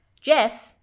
Jeff